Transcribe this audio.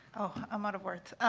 oh, i'm out of words